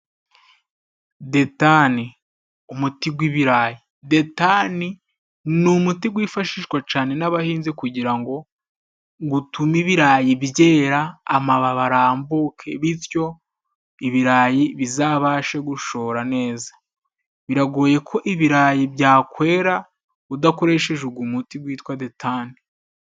Detani. Umuti gw'ibirayi. Detani ni umuti gwifashishwa cane n'abahinzi kugira ngo gutume ibirayi byera amababi arambuke bityo ibirayi bizabashe gushora neza. Biragoye ko ibirayi byakwera, udakoresheje ugwo muti gwitwa Detani.